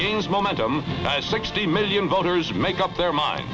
gains momentum by sixty million voters make up their mind